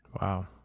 Wow